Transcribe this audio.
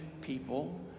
people